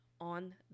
on